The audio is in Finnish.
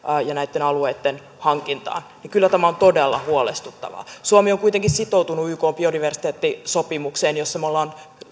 ja näitten alueitten hankintaan niin kyllä tämä on todella huolestuttavaa suomi on kuitenkin sitoutunut ykn biodiversiteettisopimukseen jossa me olemme